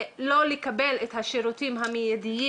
אם הם לא יכולים לקבל את השירותים המיידיים